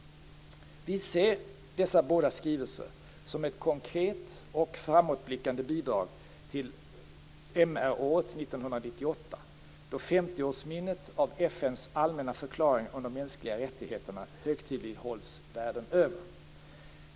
Vi ser dessa båda skrivelser som ett konkret och framåtblickande bidrag till MR-året 1998, då 50 årsminnet av FN:s allmänna förklaring om de mänskliga rättigheterna högtidlighålls världen över.